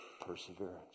Perseverance